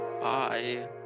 bye